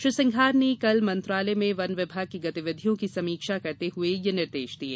श्री सिंघार ने कल मंत्रालय में वन विभाग की गतिविधियों की समीक्षा करते हुए यह निर्देश दिये